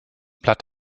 blatt